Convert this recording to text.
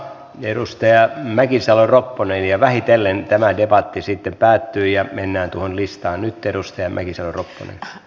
edustaja mäkisalo ropponen ja vähitellen tämä debatti sitten päättyy ja mennään tuohon listaan